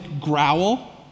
growl